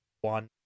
One